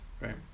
right